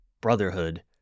brotherhood